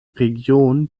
region